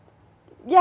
ya